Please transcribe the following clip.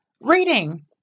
reading